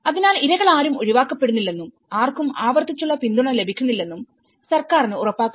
അതിനാൽ ഇരകളാരും ഒഴിവാക്കപ്പെടുന്നില്ലെന്നും ആർക്കും ആവർത്തിച്ചുള്ള പിന്തുണ ലഭിക്കുന്നില്ലെന്നും സർക്കാറിന് ഉറപ്പാക്കണം